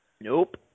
Nope